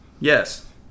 Yes